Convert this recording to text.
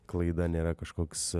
klaida nėra kažkoks